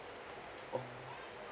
oh